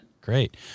Great